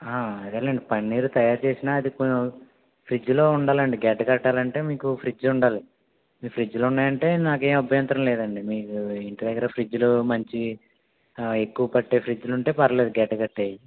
అదేలేండి పన్నీర్ తయారు చేసిన అది కొ ఫ్రిడ్జ్ లో ఉండాలండి గడ్డకట్టాలి అంటే మీకు ఫ్రిడ్జ్ ఉండాలి మీకు ఫ్రిడ్జ్లు ఉన్నాయంటే నాకేం అభ్యంతరం లేదండీ మీకు ఇంటి దగ్గర ఫ్రిడ్జులు మంచివి ఎక్కువ పట్టే ఫ్రిడ్జులు ఉంటే పర్లేదు గడ్డకట్టాయి